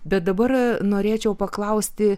bet dabar norėčiau paklausti